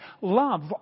love